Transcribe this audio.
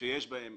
שיש בהן